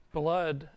blood